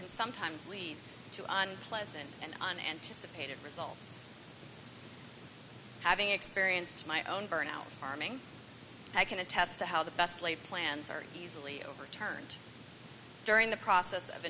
can sometimes lead to on pleasant and an anticipated result having experienced my own burnout farming i can attest to how the best laid plans are easily overturned during the process of